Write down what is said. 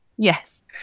Yes